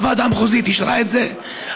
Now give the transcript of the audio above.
הוועדה המחוזית אישרה את זה.